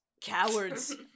Cowards